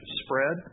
spread